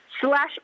slash